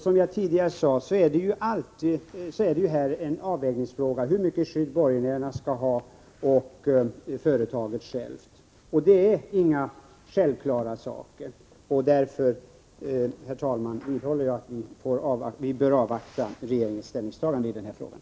Som jag tidigare sade är det fråga om att avväga hur mycket skydd borgenärerna och själva företaget skall ha. Det är inga självklara saker. Därför, herr talman, vidhåller jag att vi bör avvakta regeringens ställningstagande i den här frågan.